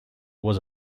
was